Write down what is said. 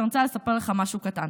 אני רוצה לספר לך משהו קטן.